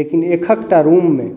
लेकिन एक एकटा रूममे